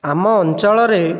ଆମ ଅଞ୍ଚଳରେ